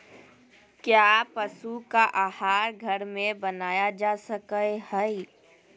क्या पशु का आहार घर में बनाया जा सकय हैय?